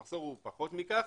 המחסור הוא פחות מכך.